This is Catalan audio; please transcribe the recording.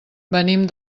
venim